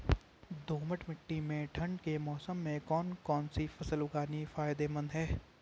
दोमट्ट मिट्टी में ठंड के मौसम में कौन सी फसल उगानी फायदेमंद है?